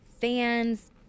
fans